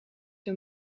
een